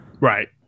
right